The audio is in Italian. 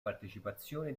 partecipazione